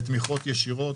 לתמיכות ישירות.